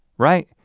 right?